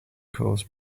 cause